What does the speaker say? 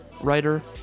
writer